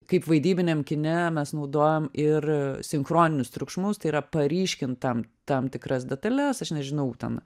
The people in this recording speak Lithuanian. kaip vaidybiniam kine mes naudojam ir sinchroninius triukšmus tai yra paryškint tam tam tikras detales aš nežinau ten